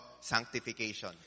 sanctification